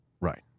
Right